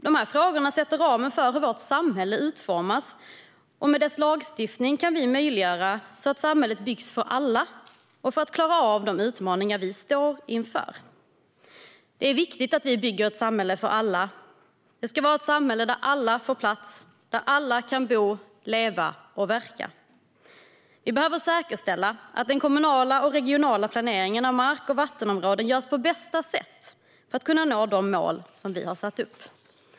De frågorna sätter ramen för hur vårt samhälle utformas. Med dess lagstiftning kan vi möjliggöra att samhället byggs för alla och för att klara de utmaningar vi står inför. Det är viktigt att vi bygger ett samhälle för alla. Det ska vara ett samhälle där alla får plats, där alla kan bo, leva och verka. Vi behöver säkerställa att den kommunala och regionala planeringen av mark och vattenområden görs på bästa sätt för att vi ska kunna nå de mål som vi har satt upp.